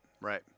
right